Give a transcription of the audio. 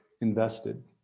invested